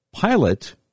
Pilate